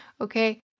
Okay